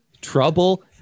trouble